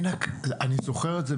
אני זוכר את זה,